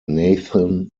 nathan